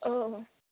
औ